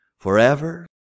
forever